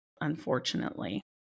unfortunately